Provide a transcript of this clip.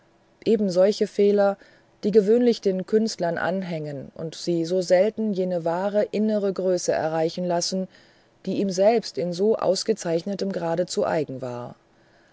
eben solche fehler die gewöhnlich den künstlern anhängen und sie so selten jene wahre innere größe erreichen lassen die ihm selbst in so ausgezeichnetem grade zu eigen war